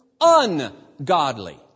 ungodly